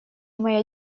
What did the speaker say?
моя